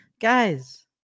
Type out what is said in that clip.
Guys